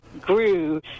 grew